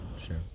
sure